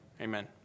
Amen